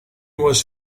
was